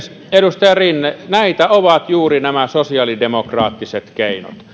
edustaja rinne näitä ovat juuri nämä sosiaalidemokraattiset keinot